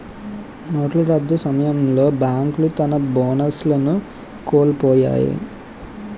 నోట్ల రద్దు సమయంలో బేంకులు తన బోనస్లను కోలుపొయ్యాయి